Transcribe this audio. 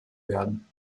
werden